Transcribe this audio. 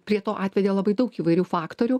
prie to atvedė labai daug įvairių faktorių